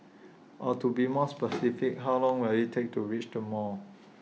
or to be more specific how long will IT take to reach the mall